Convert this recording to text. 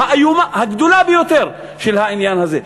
החברתית הגדולה ביותר של העניין הזה.